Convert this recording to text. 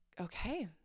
okay